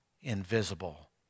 invisible